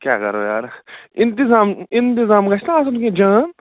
کیٛاہ کَرو یارٕ اِنتظام اِنتظام گَژھِ نا آسُن کیٚنٛہہ جان